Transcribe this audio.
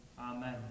Amen